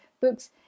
books